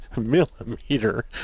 millimeter